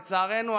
לצערנו,